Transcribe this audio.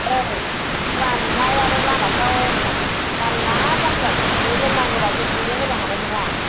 औ खुवा नुनाय आरो लामाफ्राव जारला जागोन बे लोंनांगौबा जों बिनो होनो हानाय नङा